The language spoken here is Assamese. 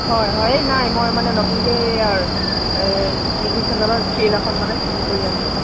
হয় হয় এই নাই মই মানে নতুনকৈ এ টি ভি চেনেলত চিৰিয়েল এখন মানে ছুটিং কৰি আছোঁ